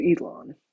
Elon